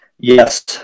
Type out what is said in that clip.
Yes